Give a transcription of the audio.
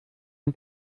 und